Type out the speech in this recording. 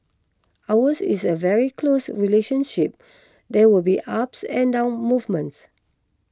ours is a very close relationship there will be ups and down movements